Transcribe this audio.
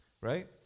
right